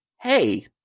Hey